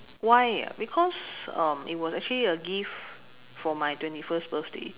why ah because it was actually a gift for my twenty first birthday